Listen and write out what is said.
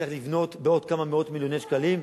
צריך לבנות בעוד כמה מאות מיליוני שקלים,